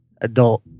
adult